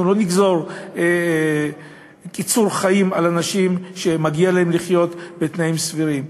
אנחנו לא נגזור קיצור חיים על אנשים שמגיע להם לחיות בתנאים סבירים.